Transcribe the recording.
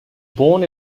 born